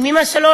עם אימא שלו,